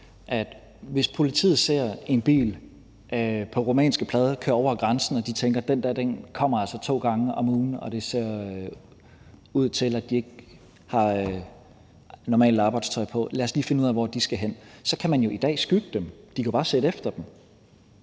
hvis politiet ser en bil på rumænske plader køre over grænsen og de tænker, at den der bil altså kommer to gange om ugen, og hvis det ser ud til, at de ikke har normalt arbejdstøj på, så vil de nok prøve lige at finde ud af, hvor de skal hen, og så kan man jo i dag skygge dem, for de kan bare sætte efter dem,